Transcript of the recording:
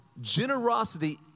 Generosity